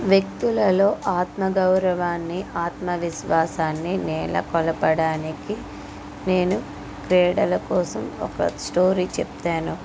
వ్యక్తులలో ఆత్మగౌరవాన్ని ఆత్మవిశ్వాసాన్ని నెలకొల్పడానికి నేను క్రీడల కోసం ఒక స్టోరీ చెప్తాను